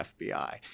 FBI